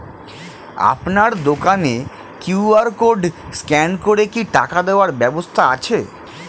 আপনার দোকানে QR code scan করে কি টাকা দেওয়ার ব্যবস্থা আছে?